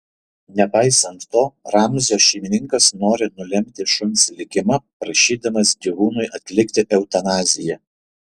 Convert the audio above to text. nepaisant to ramzio šeimininkas nori nulemti šuns likimą prašydamas gyvūnui atlikti eutanaziją